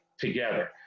together